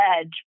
edge